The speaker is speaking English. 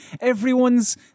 everyone's